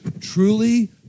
Truly